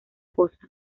cosa